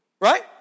right